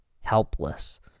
Helpless